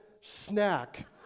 Snack